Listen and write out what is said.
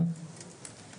אתם מצליחים